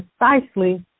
precisely